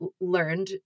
learned